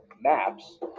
maps